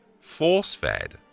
force-fed